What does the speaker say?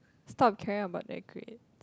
stop caring about their grade